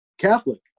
Catholic